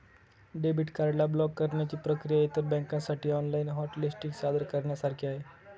debit card ला block करण्याची प्रक्रिया इतर बँकांसाठी ऑनलाइन हॉट लिस्टिंग सादर करण्यासारखी आहे